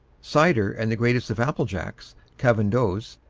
cider and the greatest of applejacks, calvados,